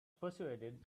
persuaded